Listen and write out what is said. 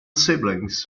siblings